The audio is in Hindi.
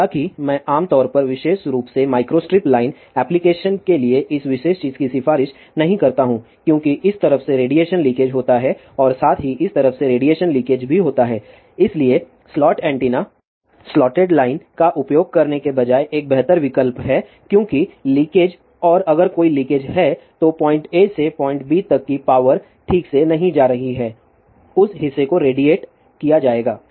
हालाँकि मैं आमतौर पर विशेष रूप से माइक्रोस्ट्रिप लाइन एप्लिकेशन के लिए इस विशेष चीज की सिफारिश नहीं करता हूं क्योंकि इस तरफ से रेडिएशन लीकेज होता है और साथ ही इस तरफ से रेडिएशन लीकेज भी होता है इसलिए स्लॉट ऐन्टेना स्लॉटेड लाइन का उपयोग करने के बजाय एक बेहतर विकल्प है क्योंकि लीकेज और अगर कोई लीकेज है तो पॉइंट A से पॉइंट B तक की पावर ठीक से नहीं जा रही है उस हिस्से को रेडिएट किया जाएगा